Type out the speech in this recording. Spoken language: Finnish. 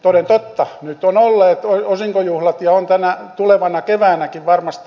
toden totta nyt on ollut osinkojuhlat ja on tulevana keväänäkin varmasti